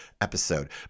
episode